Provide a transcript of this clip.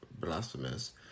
blasphemous